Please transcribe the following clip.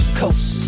coast